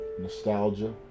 nostalgia